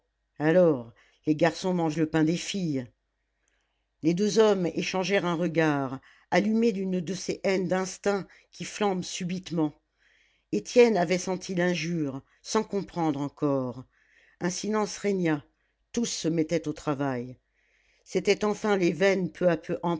alors les garçons mangent le pain des filles les deux hommes échangèrent un regard allumé d'une de ces haines d'instinct qui flambent subitement étienne avait senti l'injure sans comprendre encore un silence régna tous se mettaient au travail c'étaient enfin les veines peu à peu